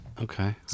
Okay